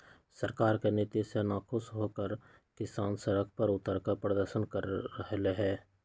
सरकार के नीति से नाखुश होकर किसान सड़क पर उतरकर प्रदर्शन कर रहले है